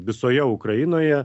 visoje ukrainoje